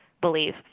believe